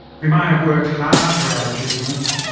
we may have worked hard for our achievements,